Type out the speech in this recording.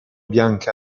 bianche